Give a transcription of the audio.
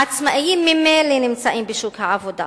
העצמאים ממילא נמצאים בשוק העבודה,